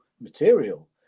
material